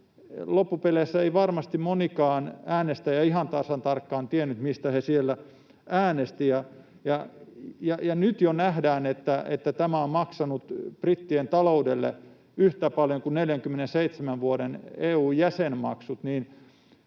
Loppupeleissä ei varmasti monikaan äänestäjä ihan tasan tarkkaan tiennyt, mistä he siellä äänestivät. Kun nyt jo nähdään, että tämä on maksanut Brittien taloudelle yhtä paljon kuin 47 vuoden EU-jäsenmaksut,